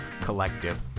collective